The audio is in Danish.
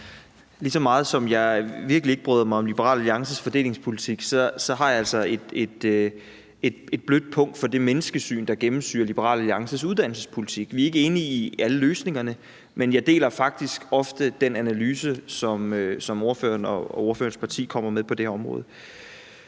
Ligesom jeg virkelig ikke bryder mig om Liberal Alliances fordelingspolitik, har jeg altså et blødt punkt for det menneskesyn, der gennemsyrer Liberal Alliances uddannelsespolitik. Vi er ikke enige i alle løsningerne, men jeg deler faktisk ofte den analyse, som ordføreren og ordførerens parti kommer med på det her område.